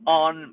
on